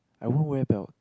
I won't wear belt